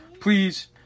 please